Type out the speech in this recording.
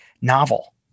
novel